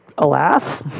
Alas